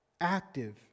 active